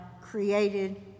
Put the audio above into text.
created